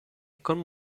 con